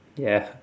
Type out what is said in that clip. ya